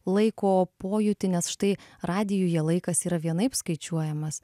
laiko pojūtį nes štai radijuje laikas yra vienaip skaičiuojamas